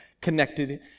connected